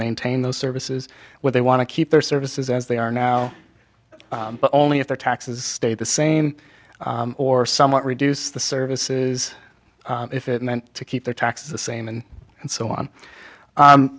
maintain those services where they want to keep their services as they are now but only if their taxes stay the same or somewhat reduce the services if it meant to keep their taxes the same and and so on